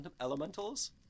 elementals